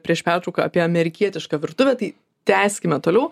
prieš pertrauką apie amerikietišką virtuvę tai tęskime toliau